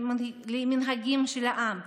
למנהגים של העם,